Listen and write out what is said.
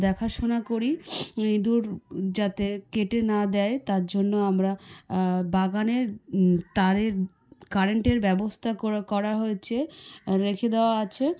দেখাশুনা করি ইঁদুর যাতে কেটে না দেয় তার জন্য আমরা বাগানের তারে কারেন্টের ব্যবস্থা করা হয়েছে রেখে দেওয়া আছে